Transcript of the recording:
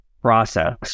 process